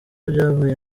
byabaye